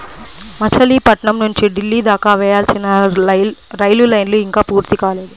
మచిలీపట్నం నుంచి ఢిల్లీ దాకా వేయాల్సిన రైలు లైను ఇంకా పూర్తి కాలేదు